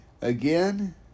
Again